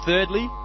Thirdly